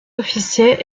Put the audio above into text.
officiers